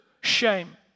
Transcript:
shame